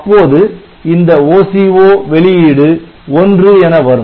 அப்போது இந்த OC0 வெளியீடு '1' என வரும்